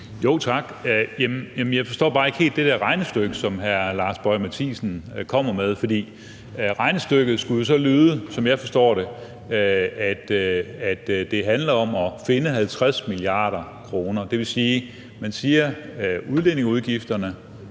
Tak. Jeg forstår bare ikke helt det der regnestykke, som hr. Lars Boje Mathiesen kommer med. For regnestykket skulle jo så lyde, som jeg forstår det, sådan, at det handler om at finde 50 mia. kr. Det vil sige, at man siger, at udlændingeudgifterne